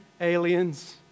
aliens